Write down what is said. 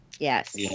Yes